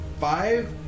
five